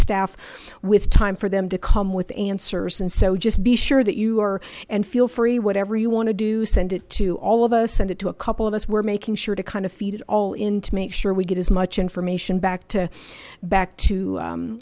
staff with time for them to come with answers and so just be sure that you are and feel free whatever you want to do send it to all of us send it to a couple of us we're making sure to kind of feed it all in to make sure we get as much information back to back to